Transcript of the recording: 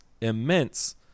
immense